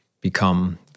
become